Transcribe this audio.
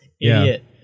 idiot